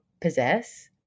possess